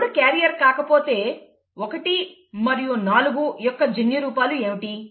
3 carrier కాకపోతే 1 మరియు 4 యొక్క జన్యు రూపాలు ఏమిటి